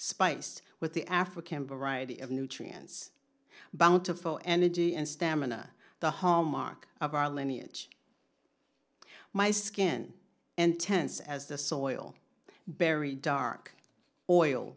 spiced with the african variety of nutrients bountiful energy and stamina the hallmarks of our lineage my skin and tense as the soil bury dark oil